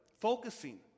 focusing